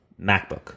MacBook